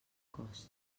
cost